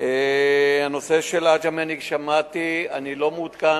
הנושא של עג'מי, אני שמעתי, אני לא מעודכן.